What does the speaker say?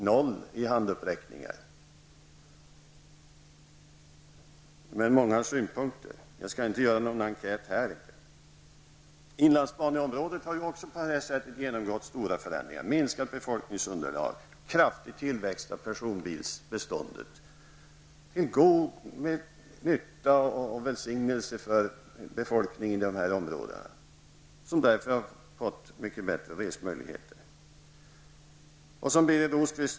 Däremot har synpunkterna varit många. Jag skall emellertid inte göra någon enkät här. Inlandsbaneområdet har genomgått stora förändringar: minskat befolkningsunderlag och kraftig tillväxt av personbilsbeståndet. Detta har varit till stor nytta och välsignelse för befolkningen i dessa områden, som har fått mycket bättre resmöjligheter.